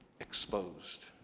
Exposed